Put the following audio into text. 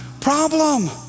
problem